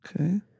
Okay